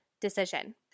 decision